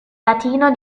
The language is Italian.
latino